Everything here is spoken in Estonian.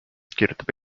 kirjutab